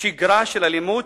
שגרה של אלימות.